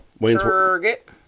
Target